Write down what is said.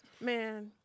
Man